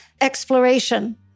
exploration